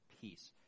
peace